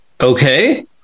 okay